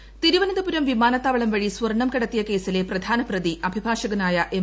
സ്വർണ്ണക്കടത്ത് തിരുവനന്തപുരം വിമാനത്താവളം വഴി സ്വർണ്ണം കടത്തിയ കേസിലെ പ്രധാനപ്രതി അഭിഭാഷകനായ എം